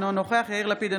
אינו נוכח יאיר לפיד,